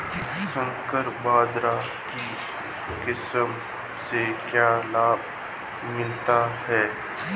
संकर बाजरा की किस्म से क्या लाभ मिलता है?